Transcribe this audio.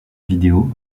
vidéo